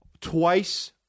twice